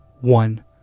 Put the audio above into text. One